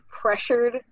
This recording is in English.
pressured